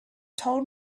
told